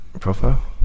Profile